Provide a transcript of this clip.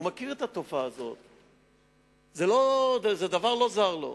הוא מכיר את התופעה הזאת, זה דבר שלא זר לו.